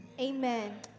Amen